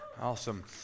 Awesome